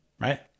Right